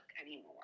anymore